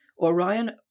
Orion